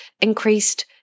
increased